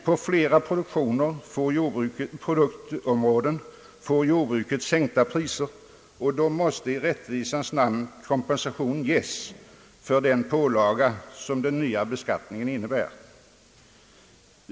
På flera produktområden får jordbruket sänkta priser, och då måste i rättvisans namn kompensation ges för den pålaga som den nya beskattningen innebär.